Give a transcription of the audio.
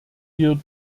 wir